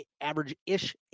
average-ish